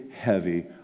heavy